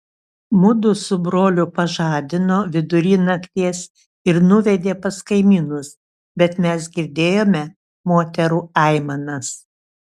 mudu su broliu pažadino vidury nakties ir nuvedė pas kaimynus bet mes girdėjome moterų aimanas